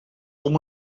com